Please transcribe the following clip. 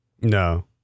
No